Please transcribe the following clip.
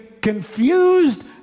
Confused